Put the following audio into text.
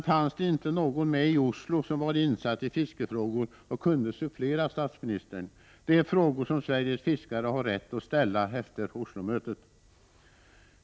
Fanns det inte någon med i Oslo som var insatt i fiskefrågor och som kunde sufflera statsministern? Det är frågor som Sveriges fiskare har rätt att ställa efter Oslomötet.